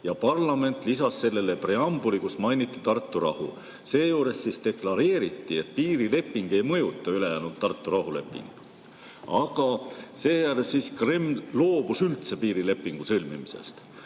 ja parlament lisas sellele preambuli, kus mainiti Tartu rahu. Seejuures deklareeriti, et piirileping ei mõjuta ülejäänud Tartu rahulepingut. Seejärel Kreml loobus üldse piirilepingu sõlmimisest.